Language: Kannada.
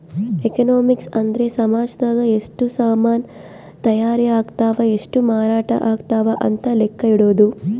ಎಕನಾಮಿಕ್ಸ್ ಅಂದ್ರ ಸಾಮಜದಾಗ ಎಷ್ಟ ಸಾಮನ್ ತಾಯರ್ ಅಗ್ತವ್ ಎಷ್ಟ ಮಾರಾಟ ಅಗ್ತವ್ ಅಂತ ಲೆಕ್ಕ ಇಡೊದು